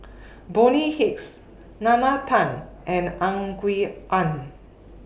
Bonny Hicks Nalla Tan and Ang Aun